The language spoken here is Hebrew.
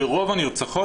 שרוב הנרצחות,